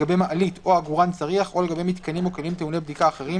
מעלית או עגורן צריח או לגבי מיתקנים או כלים טעוני בדיקה אחרים